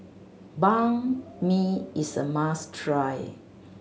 Banh Mi is a must try